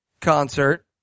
concert